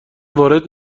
وارد